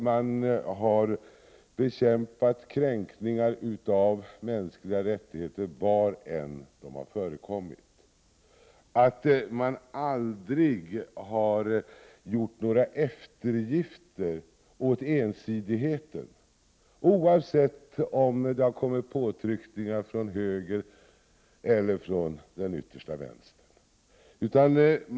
Man har bekämpat kränkningar av mänskliga rättigheter var de än förekommit, och man har aldrig gjort några eftergifter åt ensidigheten, oavsett om det kommit påtryckningar från högern eller från den yttersta vänstern.